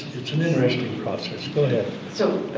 it's an interesting process. go ahead. so